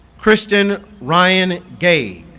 christian ryan gade